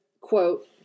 quote